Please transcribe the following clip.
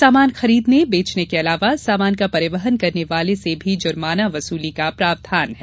सामान खरीदने बेचने के अलावा सामान का परिवहन करने वाले से भी जुर्माना वसूली का प्रावधान है